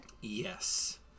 Yes